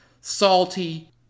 Salty